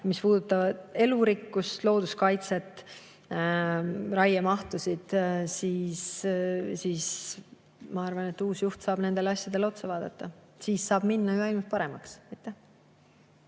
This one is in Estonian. mis puudutab elurikkust, looduskaitset, raiemahtusid, siis ma arvan, et uus juht saab nendele asjadele otsa vaadata ja siis saab minna ainult paremaks.